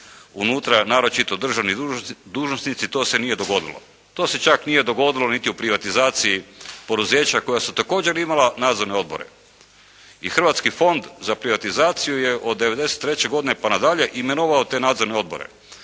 unutra naročito državni dužnosnici to se nije dogodilo. To se čak nije dogodilo niti u privatizaciji poduzeća koja su također imala nadzorne odbore. I Hrvatski fond za privatizaciju je od '93. godine pa nadalje imenovao te nadzorne odbore.